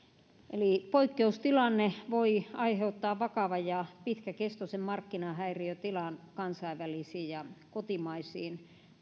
poikkeustilanne voi aiheuttaa vakavan ja pitkäkestoisen markkinahäiriötilan kansainvälisiin ja kotimaisiin